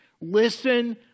Listen